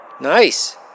Nice